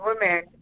women